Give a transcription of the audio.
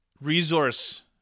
resource